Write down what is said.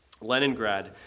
Leningrad